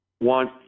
want